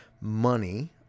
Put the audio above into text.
money